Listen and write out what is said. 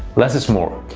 less is more.